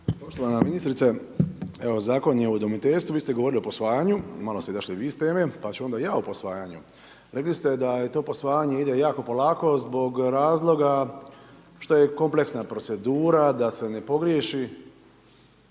Poštovana ministrice, evo Zakon je o udomiteljstvu, vi ste govorili o posvajanju, malo ste izašli i vi iz teme, pa onda ću i ja o posvajanju. Rekli ste da to posvajanje ide jako polako zbog razloga što je kompleksna procedura, da se ne pogriješi.